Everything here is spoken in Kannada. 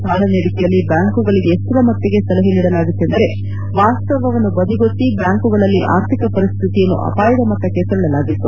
ಸಾಲ ನೀಡಿಕೆಯಲ್ಲಿ ಬ್ಯಾಂಕುಗಳಿಗೆ ಎಷ್ವರ ಮಟ್ಟಿಗೆ ಸಲಹೆ ನೀಡಲಾಗಿತ್ತೆಂದರೆ ವಾಸ್ತವವನ್ನು ಬದಿಗೊತ್ತಿ ಬ್ಯಾಂಕುಗಳಲ್ಲಿ ಆರ್ಥಿಕ ಪರಿಸ್ತಿತಿಯನ್ನು ಅಪಾಯದ ಮಟ್ಟಕ್ಕೆ ತಳ್ಳಲಾಗಿತ್ತು